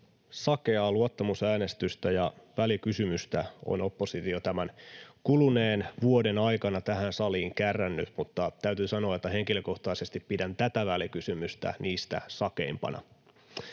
sakeaa luottamusäänestystä ja välikysymystä on oppositio tämän kuluneen vuoden aikana tähän saliin kärrännyt, mutta täytyy sanoa, että henkilökohtaisesti pidän tätä välikysymystä niistä sakeimpana.